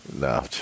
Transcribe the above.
No